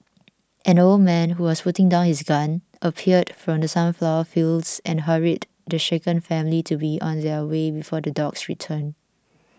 an old man who was putting down his gun appeared from the sunflower fields and hurried the shaken family to be on their way before the dogs return